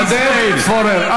עודד פורר,